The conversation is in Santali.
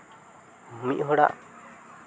ᱢᱤᱫ ᱦᱚᱲᱟᱜ